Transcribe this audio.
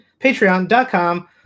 patreon.com